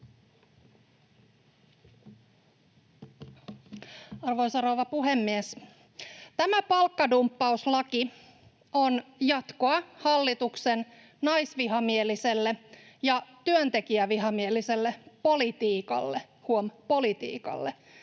Arvoisa rouva puhemies! Tämä palkkadumppauslaki on jatkoa hallituksen naisvihamieliselle ja työntekijävihamieliselle politiikalle — huom. politiikalle